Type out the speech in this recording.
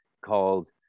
called